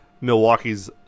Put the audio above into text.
Milwaukee's